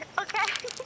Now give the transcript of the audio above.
okay